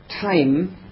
time